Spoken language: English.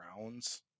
rounds